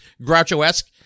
Groucho-esque